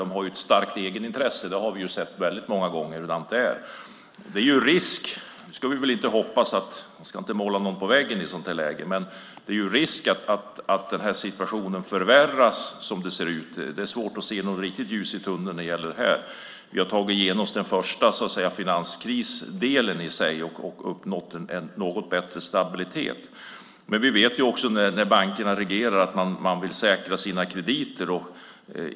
De har ett starkt egenintresse. Det har vi sett väldigt många gånger. Jag ska inte måla någon på väggen, men det är risk att den här situationen förvärras, såsom det ser ut. Det är svårt att se något riktigt ljus i tunneln. Vi har tagit oss igenom det första, finanskrisdelen, och uppnått en något bättre stabilitet. Men vi vet också att när bankerna reglerar vill de säkra sina krediter.